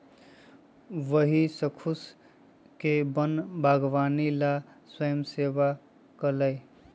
वही स्खुद के वन बागवानी ला स्वयंसेवा कई लय